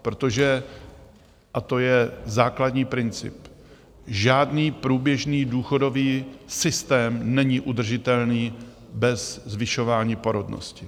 Protože a to je základní princip žádný průběžný důchodový systém není udržitelný bez zvyšování porodnosti.